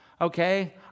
Okay